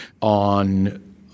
on